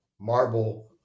marble